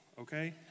okay